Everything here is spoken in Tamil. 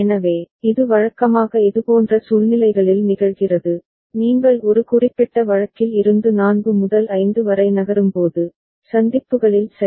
எனவே இது வழக்கமாக இதுபோன்ற சூழ்நிலைகளில் நிகழ்கிறது நீங்கள் ஒரு குறிப்பிட்ட வழக்கில் இருந்து 4 முதல் 5 வரை நகரும்போது சந்திப்புகளில் சரி